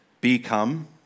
become